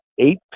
Eight